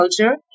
Culture